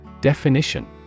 Definition